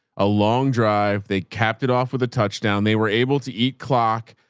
a long drive. they capped it off with a touchdown. they were able to eat clock.